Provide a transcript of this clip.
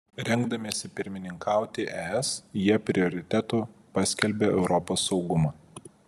rengdamiesi pirmininkauti es jie prioritetu paskelbė europos saugumą